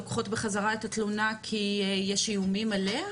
לוקחות בחזרה את התלונה כי יש איומים עליהן?